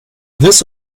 this